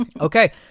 Okay